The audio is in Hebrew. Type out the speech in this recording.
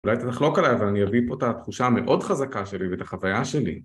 אולי אתה תחלוק עליי, אבל אני אביא פה את התחושה המאוד חזקה שלי ואת החוויה שלי.